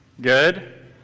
good